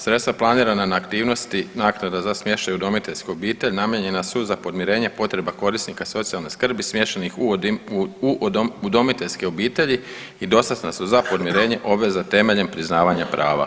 Sredstva planirana na aktivnosti naknada za smještaj udomiteljske obitelji, namijenjena su za podmirenje potreba korisnika socijalne skrbi smještenih u udomiteljske obitelji i dostatna su za podmirenje obveza temeljem priznavanja prava.